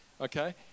okay